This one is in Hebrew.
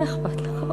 מה אכפת לך?